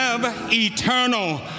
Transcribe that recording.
eternal